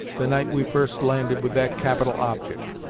the night we first landed with that capital object!